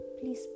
Please